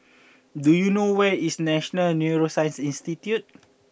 do you know where is National Neuroscience Institute